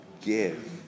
give